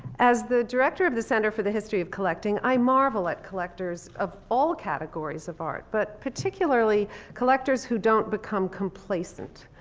as the director of the center for the history of collecting, i marvel at collectors of all categories of art, but particularly collectors who don't become complacent.